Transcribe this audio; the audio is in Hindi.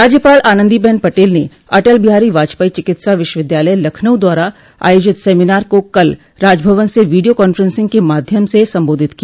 राज्यपाल आनन्दीबेन पटेल ने अटल बिहारी बाजपेई चिकित्सा विश्वविद्यालय लखनऊ द्वारा आयोजित सेमिनार को कल राजभवन से वीडियो कांफ्रेंसिंग के माध्यम से संबोधित किया